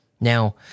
Now